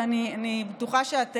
ואני בטוחה שאת באמת,